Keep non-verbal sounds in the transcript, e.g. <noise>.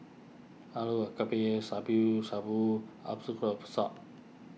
Alu Gobi Shabu Shabu <unintelligible>